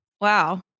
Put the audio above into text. Wow